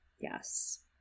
yes